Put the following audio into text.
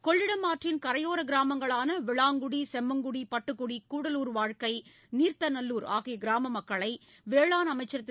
கொள்ளிடம் ஆற்றின் கரையோர கிராமங்களான விளாங்குடி செம்மங்குடி பட்டுக்குட்டி கூடலூர் வாழ்க்கை நீர்த்தநல்லூர் ஆகிய கிராம மக்களை வேளாண் அமைச்சர் திரு